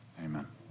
Amen